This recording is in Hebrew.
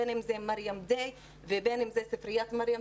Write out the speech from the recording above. בין אם זה 'מרים דיי' ובין אם זה ספריית 'מרים',